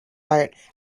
art